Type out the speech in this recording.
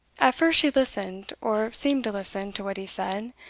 at first she listened, or seemed to listen, to what he said,